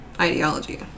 ideology